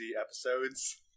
episodes